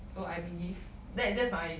so I believe that that's my